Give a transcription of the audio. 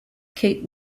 kate